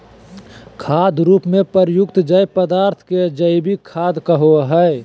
खाद रूप में प्रयुक्त जैव पदार्थ के जैविक खाद कहो हइ